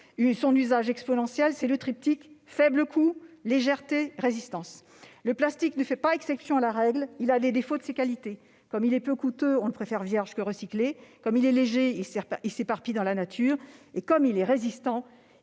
son usage exponentiel est le triptyque faible coût, légèreté, résistance. Le plastique ne fait pas exception à la règle : il a les défauts de ses qualités. Comme il est peu coûteux, on le veut vierge plutôt que recyclé ; comme il est léger, il s'éparpille dans la nature ; comme il est résistant, il va y persister des